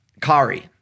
Kari